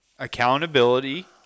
accountability